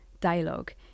dialogue